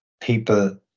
people